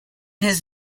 his